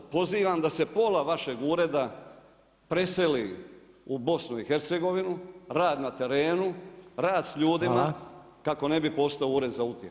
Pozivam da se pola vašeg ureda preseli u BIH rad na terenu, rad s ljudima kako ne bi postao ured za utjehu.